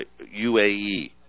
UAE